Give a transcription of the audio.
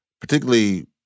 particularly